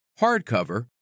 hardcover